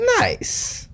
Nice